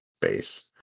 base